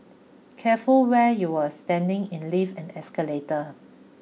careful where you're standing in lift and escalator